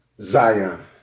Zion